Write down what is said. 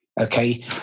okay